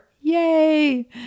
yay